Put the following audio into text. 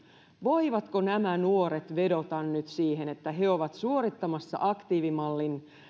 voivatko nämä nuoret vedota nyt siihen että he ovat suorittamassa aktiivimallin